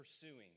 pursuing